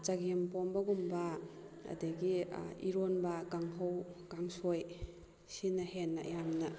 ꯆꯒꯦꯝꯄꯣꯝꯕꯒꯨꯝꯕ ꯑꯗꯨꯗꯒꯤ ꯏꯔꯣꯟꯕ ꯀꯥꯡꯉꯧ ꯀꯥꯡꯁꯣꯏ ꯁꯤꯅ ꯍꯦꯟꯅ ꯌꯥꯝꯅ